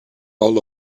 all